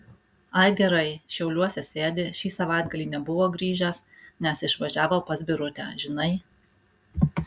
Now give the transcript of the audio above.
ai gerai šiauliuose sėdi šį savaitgalį nebuvo grįžęs nes išvažiavo pas birutę žinai